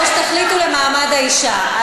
או שתחליטו על הוועדה למעמד האישה.